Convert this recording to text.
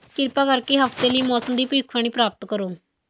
ਕਿਰਪਾ ਕਰਕੇ ਹਫ਼ਤੇ ਲਈ ਮੌਸਮ ਦੀ ਭਵਿੱਖਬਾਣੀ ਪ੍ਰਾਪਤ ਕਰੋ